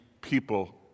people